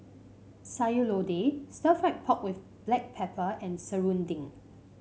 Sayur Lodeh Stir Fried Pork with Black Pepper and serunding